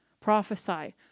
prophesy